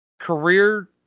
career